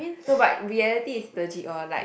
no but reality is legit orh like